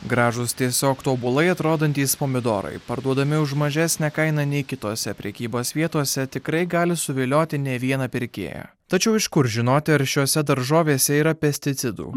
gražūs tiesiog tobulai atrodantys pomidorai parduodami už mažesnę kainą nei kitose prekybos vietose tikrai gali suvilioti ne vieną pirkėją tačiau iš kur žinoti ar šiose daržovėse yra pesticidų